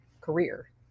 career